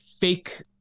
fake